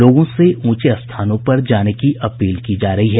लोगों से ऊंचे स्थानों पर जाने की अपील की जा रही है